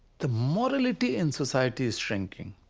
the morality in society is shrinking.